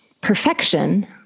perfection